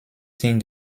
signe